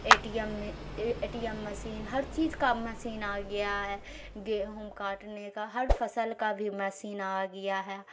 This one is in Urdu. a T M A T M مسین ہر چیز کا اب مسین آ گیا ہے گیہوں کاٹنے کا ہر فصل کا بھی مسین آ گیا ہے